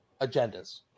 agendas